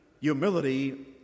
humility